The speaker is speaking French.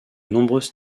nombreuses